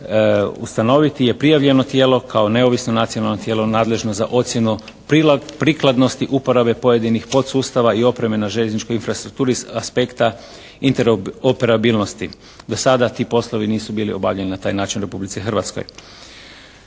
ustanoviti je prijavljeno tijelo kao neovisno nacionalno tijelo nadležno za ocjenu prikladnosti uporabe pojedinih podsustava i opreme na željezničkoj infrastrukturi s aspekta interoperabilnosti. Do sada ti poslovi nisu bili obavljani na taj način u Republici Hrvatskoj.